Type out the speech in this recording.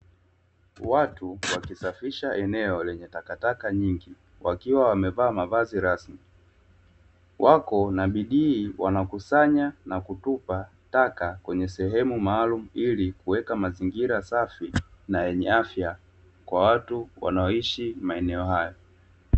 Watu wakisafisha eneo lenye takataka nyingi wakiwa wamevaa mavazi ras mi kwako na bidii wanakusanya na kutupa taka kwenye sehemu maalumu ili kuweka mazingira safi na yenye afya kwa watu